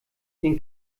den